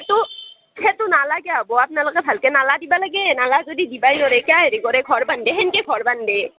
সেইটো সেইটো হ'ব নালাগে হ'ব আপ্নালোকে অলপ ভালকৈ নালা দিবা লাগে নালা যদি দিবাই নৰে ক্যা হেৰি কৰে হেংকে ঘৰ বান্ধে